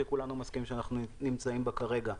שכולנו מסכימים שאנו נמצאים בו כרגע.